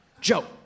Joe